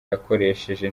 yakoresheje